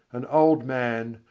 an old man,